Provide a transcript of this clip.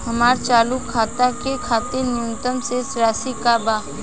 हमार चालू खाता के खातिर न्यूनतम शेष राशि का बा?